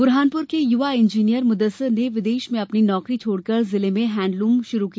बुरहानपुर के युवा इंजीनियर मुदस्सर ने विदेश में अपनी नौकरी छोड़कर जिले में हैंडलूम शुरू किया